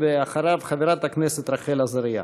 אחריו, חברת כנסת רחל עזריה.